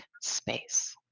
space